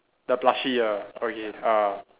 the plushie ah okay ah